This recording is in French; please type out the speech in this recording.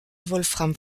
wolfram